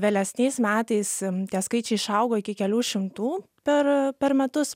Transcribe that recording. vėlesniais metais tie skaičiai išaugo iki kelių šimtų per per metus